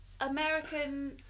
American